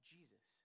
Jesus